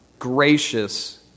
gracious